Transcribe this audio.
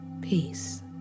Peace